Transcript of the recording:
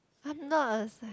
I'm not a